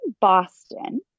Boston